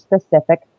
specific